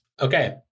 Okay